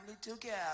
together